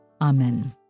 Amen